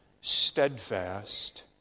steadfast